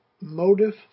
motive